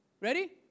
Ready